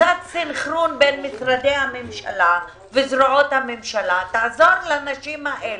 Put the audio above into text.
קצת סנכרון בין משרדי הממשלה וזרועות הממשלה יעזור לנשים האלה,